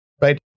right